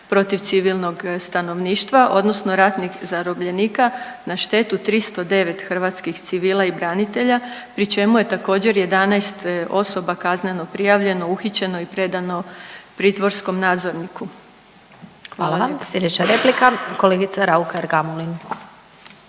protiv civilnog stanovništva odnosno ratnih zarobljenika na štetu 309 hrvatskih civila i branitelja pri čemu je također 11 osoba kazneno prijavljeno, uhićeno i predano pritvorskom nadzorniku. Hvala. **Glasovac, Sabina